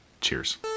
cheers